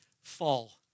fall